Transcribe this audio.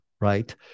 right